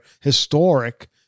historic